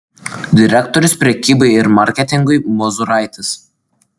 direktorius prekybai ir marketingui mozuraitis